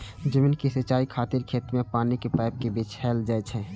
जमीन के सिंचाइ खातिर खेत मे पानिक पाइप कें बिछायल जाइ छै